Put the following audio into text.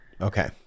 Okay